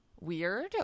weird